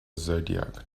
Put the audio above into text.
zodiac